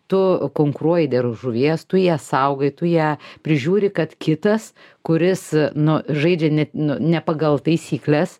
tu konkuruoji dėl žuvies tu ją saugai tu ją prižiūri kad kitas kuris nu žaidžia ne nu ne pagal taisykles